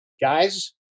guys